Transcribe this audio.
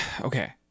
Okay